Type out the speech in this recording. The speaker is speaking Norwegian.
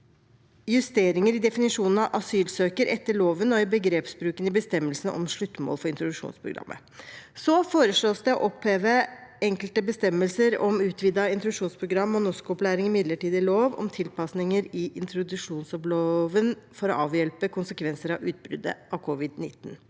justeringer i definisjonen av asylsøker etter loven og i begrepsbruken i bestemmelsen om sluttmål for introduksjonsprogrammet. Så foreslås det å oppheve enkelte bestemmelser om utvidet introduksjonsprogram og norskopplæring i midlertidig lov om tilpasninger i introduksjonsloven for å avhjelpe konsekvenser av utbruddet av covid-19.